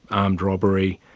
armed robbery,